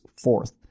fourth